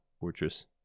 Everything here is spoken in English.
fortress